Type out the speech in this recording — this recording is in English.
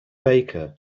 baker